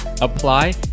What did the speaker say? apply